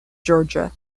georgia